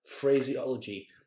phraseology